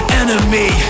enemy